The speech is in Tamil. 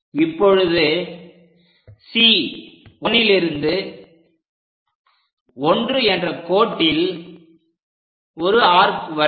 இப்பொழுது C1 லிருந்து 1 என்ற கோட்டில் ஒரு ஆர்க் வரைக